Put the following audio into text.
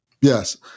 Yes